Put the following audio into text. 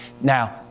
now